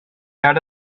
ara